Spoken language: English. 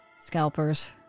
Scalpers